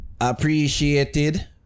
Appreciated